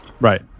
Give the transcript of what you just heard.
Right